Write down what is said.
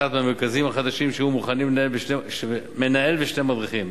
מהמרכזים החדשים שהיו מוכנים מנהל ושני מדריכים,